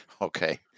Okay